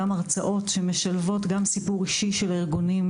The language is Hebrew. גם הרצאות שמשלבות סיפור אישי של הארגונים,